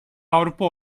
avrupa